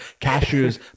Cashews